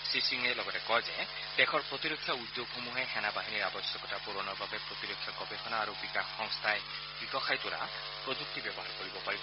শ্ৰীসিঙে লগতে কয় যে দেশৰ প্ৰতিৰক্ষা উদ্যোগসমূহে সেনা বাহিনীৰ আৱশ্যকতা পূৰণৰ বাবে প্ৰতিৰক্ষা গৱেষণা আৰু বিকাশ সংস্থাই বিকশাই তোলা প্ৰযুক্তি ব্যৱহাৰ কৰিব পাৰিব